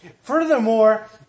Furthermore